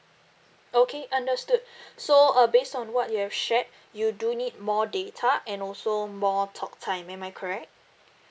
okay understood so uh based on what you have shared you do need more data and also more talk time am I correct